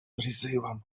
призывам